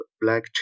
black